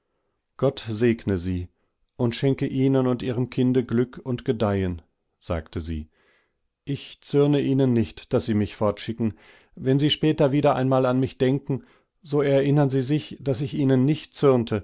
sie als sie an dem bett vorüberkam nochmals stehen blicktedurchihretränenhindurchaufrosamundeunddaskind kämpfteeine weilemitsichselbstundsprachdannihreabschiedsworte gottsegnesieundschenkeihnenundihremkindeglückundgedeihen sagtesie ich zürne ihnen nicht daß sie mich fortschicken wenn sie später wieder einmal an mich denken so erinnern sie sich daß ich ihnen nicht zürnte